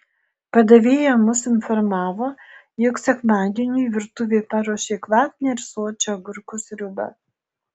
padavėja mus informavo jog sekmadieniui virtuvė paruošė kvapnią ir sočią agurkų sriubą